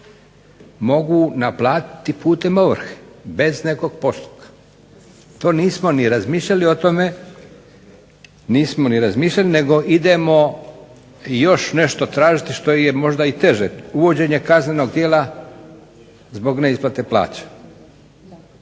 mogu naplatiti putem ovrhe bez nekog postupka. To nismo ni razmišljali o tome nego idemo još nešto tražiti što je možda i teže, uvođenje kaznenog djela zbog neisplate plaće.